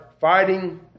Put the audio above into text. fighting